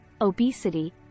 obesity